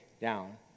down